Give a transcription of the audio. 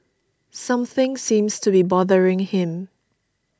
something seems to be bothering him